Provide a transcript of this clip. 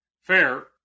Fair